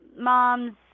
moms